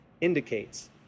indicates